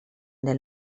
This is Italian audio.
del